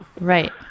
Right